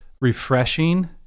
refreshing